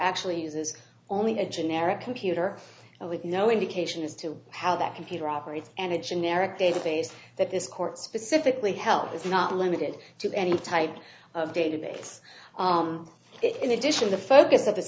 actually uses only a generic computer and with no indication as to how that computer operates and a generic database that this court specifically health is not limited to any type of database it in addition the focus